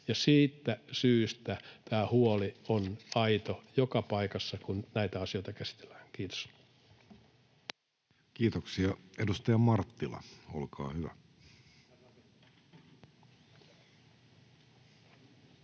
siitä syystä tämä huoli on aito joka paikassa, kun näitä asioita käsitellään. — Kiitos. [Speech 285] Speaker: